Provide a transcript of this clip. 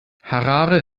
harare